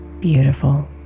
beautiful